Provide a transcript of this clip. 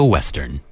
Western